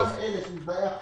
גם לגבי אלה שלא הגיעו,